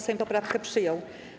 Sejm poprawkę przyjął.